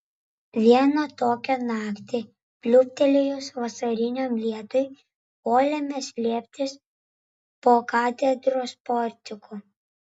vieną tokią naktį pliūptelėjus vasariniam lietui puolėme slėptis po katedros portiku